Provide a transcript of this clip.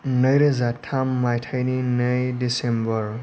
नैरोजा थां माइथायनि नै दिसेम्बर